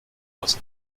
aus